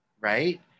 right